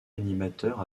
animateur